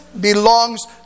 belongs